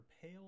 pale